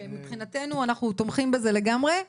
שמבחינתנו אנחנו תומכים בזה לגמרי.